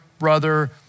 brother